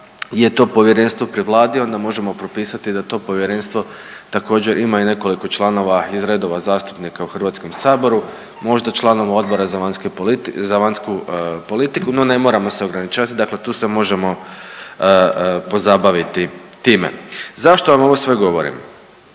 je to povjerenstvo pri Vladi onda možemo propisati da to povjerenstvo također ima i nekoliko članova iz redova zastupnika u Hrvatskom saboru, možda članova Odbora za vanjske, za vanjsku politiku no ne moramo se ograničavati. Dakle, tu se možemo pozabaviti time. Zašto vam ovo sve govorim?